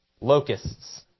locusts